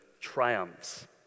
triumphs